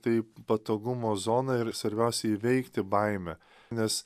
tai patogumo zoną ir svarbiausia įveikti baimę nes